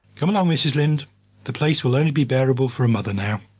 come along, mrs. linde the place will only be bearable for a mother now!